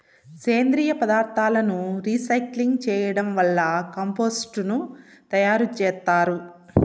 సేంద్రీయ పదార్థాలను రీసైక్లింగ్ చేయడం వల్ల కంపోస్టు ను తయారు చేత్తారు